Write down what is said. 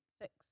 fix